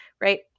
right